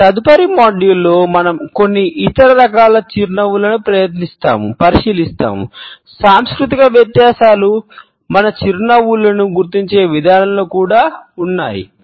మా తదుపరి మాడ్యూల్లో మనం కొన్ని ఇతర రకాల చిరునవ్వులను పరిశీలిస్తాము సాంస్కృతిక వ్యత్యాసాలు మన చిరునవ్వులను గుర్తించే విధానంలో కూడా ఉన్నాయి